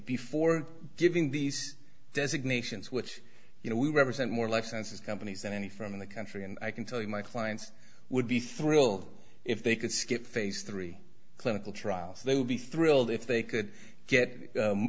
before giving these designations which you know we represent more life sciences companies and any from in the country and i can tell you my clients would be thrilled if they could skip phase three clinical trials they would be thrilled if they could get